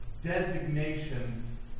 designations